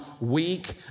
weak